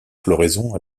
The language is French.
floraison